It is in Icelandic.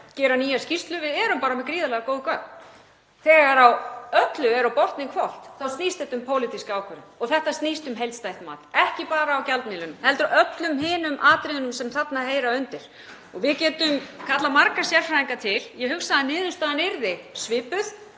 gera nýja skýrslu. Við erum bara með gríðarlega góð gögn. Þegar á öllu er á botninn hvolft þá snýst þetta um pólitíska ákvörðun og þetta snýst um heildstætt mat, ekki bara á gjaldmiðlinum heldur öllum hinum atriðunum sem þarna heyra undir. Við getum kallað marga sérfræðinga til. Ég hugsa að niðurstaðan yrði svipuð.